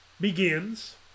begins